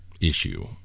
issue